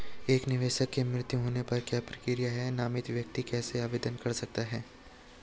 एक निवेशक के मृत्यु होने पर क्या प्रक्रिया है नामित व्यक्ति कैसे आवेदन कर सकता है?